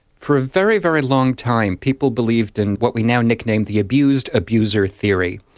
for a very, very long time people believed in what we now nickname the abused abuser theory.